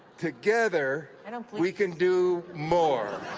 together, and um we can do more.